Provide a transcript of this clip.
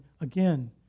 again